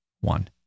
One